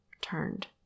turned